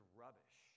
rubbish